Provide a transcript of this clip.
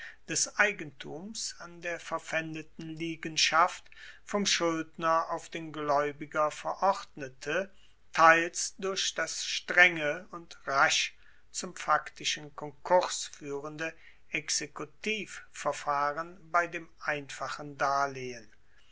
des eigentums an der verpfaendeten liegenschaft vom schuldner auf den glaeubiger verordnete teils durch das strenge und rasch zum faktischen konkurs fuehrende exekutivverfahren bei dem einfachen darlehen